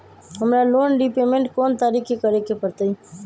हमरा loan repayment कोन तारीख के करे के परतई?